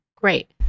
great